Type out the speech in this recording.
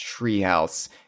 treehouse